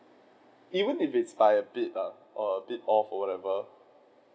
even if it is by a bit lah or a bit off whatever